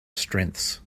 strengths